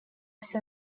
всё